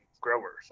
growers